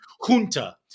Junta